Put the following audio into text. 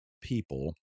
people